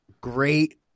Great